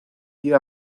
dio